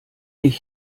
ich